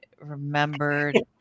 remembered